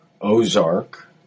Ozark